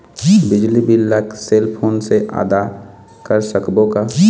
बिजली बिल ला cell phone से आदा कर सकबो का?